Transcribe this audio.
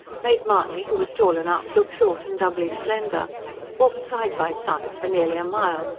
made mahony, who was tall enough, look short and doubly slender walked side by side for nearly a mile,